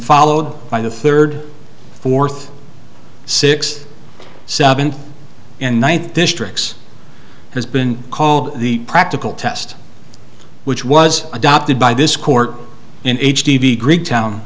followed by the third fourth sixth seventh and ninth districts has been called the practical test which was adopted by this court in h g v greektown